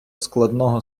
складного